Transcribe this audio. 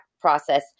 process